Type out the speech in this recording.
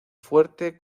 fuerte